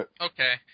Okay